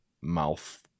mouth